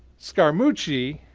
scaramucci,